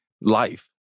life